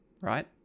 right